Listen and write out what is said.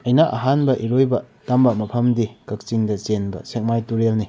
ꯑꯩꯅ ꯑꯍꯥꯟꯕ ꯏꯔꯣꯏꯕ ꯇꯝꯕ ꯃꯐꯝꯗꯤ ꯀꯛꯆꯤꯡꯗ ꯆꯦꯟꯕ ꯁꯦꯛꯃꯥꯏ ꯇꯨꯔꯦꯜꯅꯤ